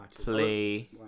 play